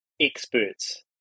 experts